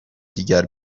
دیگر